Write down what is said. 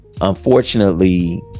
unfortunately